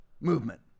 movement